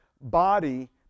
body